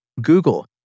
Google